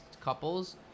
couples